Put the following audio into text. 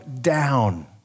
down